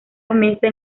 comienza